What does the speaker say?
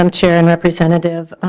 um chair and representative.